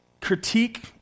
critique